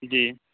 جی